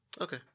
Okay